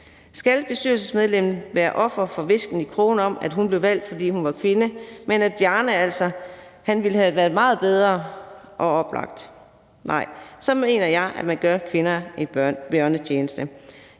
Skal bestyrelsesmedlemmet være offer for hvisken i krogene om, at hun blev valgt, fordi hun var kvinde, men at Bjarne altså ville have været meget bedre og oplagt? Nej, så mener jeg, at man gør kvinder en bjørnetjeneste.